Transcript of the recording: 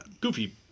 Goofy